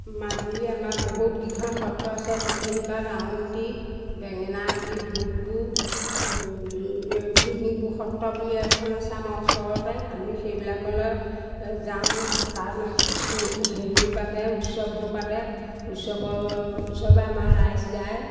মাজুলীত আমাৰ বহুতকেইখন সত্ৰ আছে দক্ষিণপাট আউনীআটী বেঙেনাআটি ভোগপুৰ বিহিমপুৰ সত্ৰ বুলি এখন আছে আমাৰ ওচৰতে আমি সেইবিলাকলৈ যাওঁ তাত হেৰি পাতে উৎসৱবোৰ পাতে উৎসৱৰ উৎসৱে আমাৰ ৰাইজ যায়